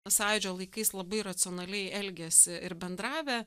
sąjūdžio laikais labai racionaliai elgiasi ir bendravę